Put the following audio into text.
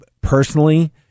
personally